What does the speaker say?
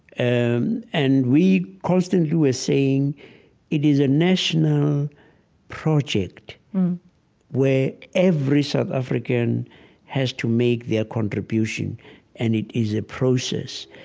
and and we constantly were saying it is a national um project where every south african has to make their contribution and it is a process.